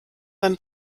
beim